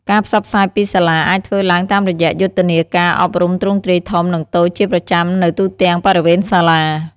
ការផ្សព្វផ្សាយពីសាលាអាចធ្វើឡើងតាមរយៈយុទ្ធនាការអប់រំទ្រង់ទ្រាយធំនិងតូចជាប្រចាំនៅទូទាំងបរិវេណសាលា។